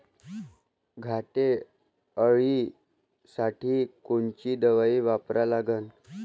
घाटे अळी साठी कोनची दवाई वापरा लागन?